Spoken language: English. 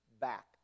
back